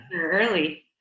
Early